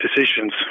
decisions